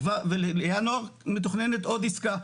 בינואר מתוכננת עוד עסקה.